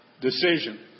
decision